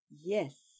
Yes